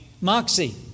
Moxie